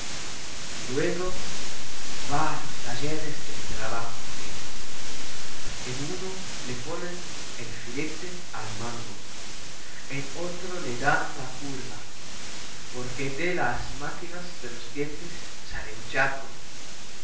luego va a los talleres del trabajo fino en uno le ponen el filete al mango en otro le dan la curva porque de las máquinas de los dientes salió chato